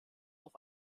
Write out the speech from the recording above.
auf